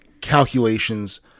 calculations